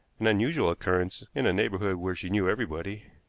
an unusual occurrence in a neighborhood where she knew everybody.